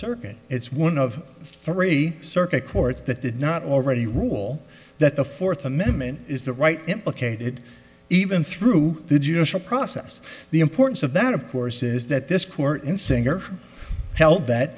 circuit it's one of three circuit courts that did not already rule that the fourth amendment is the right implicated even through the judicial process the importance of that of course is that this court in singer held that